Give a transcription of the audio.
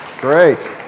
Great